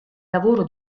lavoro